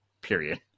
period